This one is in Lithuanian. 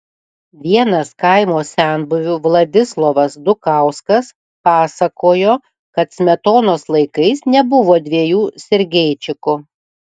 vienas kaimo senbuvių vladislovas dukauskas pasakojo kad smetonos laikais nebuvo dviejų sergeičikų